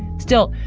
still,